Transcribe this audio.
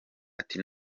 ati